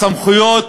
הסמכויות